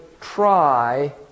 try